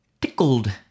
tickled